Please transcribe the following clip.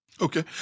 Okay